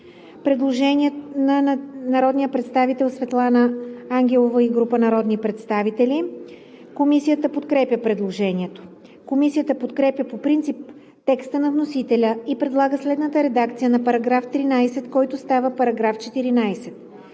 Предложение на народния представител Светлана Ангелова и група народни представители. Комисията подкрепя предложението. Комисията подкрепя по принцип текста на вносителя и предлага следната редакция на § 13, който става §14: „§ 14.